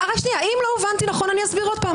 אם לא הובנתי נכון, אני אסביר עוד פעם.